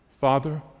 Father